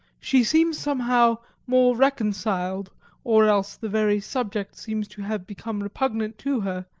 she seems somehow more reconciled or else the very subject seems to have become repugnant to her,